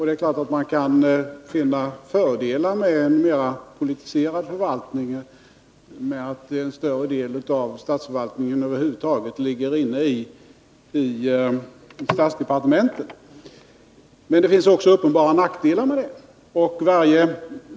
Det kan naturligtvis finnas fördelar med en mera politiserad förvaltning, att således en större del av statsförvaltningen ligger hos statsdepartementen. Men det finns också uppenbara nackdelar med det systemet.